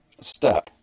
step